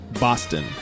Boston